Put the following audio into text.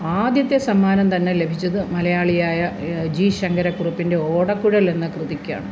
ആദ്യത്തെ സമ്മാനം തന്നെ ലഭിച്ചത് മലയാളിയായ ജി ശങ്കര കുറുപ്പിന്റെ ഓടക്കുഴൽ എന്ന കൃതിക്കാണ്